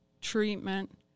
treatment